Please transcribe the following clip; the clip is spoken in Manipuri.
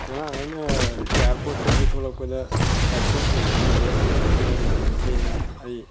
ꯉꯔꯥꯡ ꯑꯩꯅ ꯏꯌꯥꯔꯄꯣꯠꯇꯒꯤ ꯊꯣꯛꯂꯛꯄꯗ ꯏꯌ꯭ꯔꯄꯣꯠꯁꯨ ꯈꯤꯇꯪ ꯂꯦꯠ ꯑꯣꯏꯊꯣꯛꯈꯤꯗꯅ ꯌꯥꯝꯅ ꯊꯦꯡꯉꯦ ꯑꯩ